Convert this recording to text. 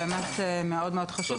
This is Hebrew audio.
שהוא מאוד מאוד חשוב,